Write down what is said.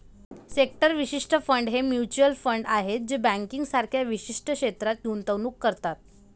sector विशिष्ट fund हे mutual fund आहेत जे बँकिंग सारख्या विशिष्ट क्षेत्रात गुंतवणूक करतात